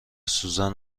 سوزن